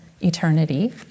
eternity